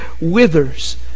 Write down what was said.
withers